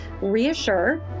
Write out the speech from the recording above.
reassure